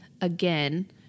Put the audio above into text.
again